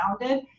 sounded